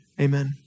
Amen